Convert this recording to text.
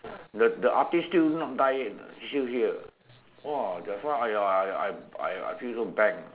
the the artist still not die yet still here !wah! that's why I I I I feel so bad